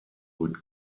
would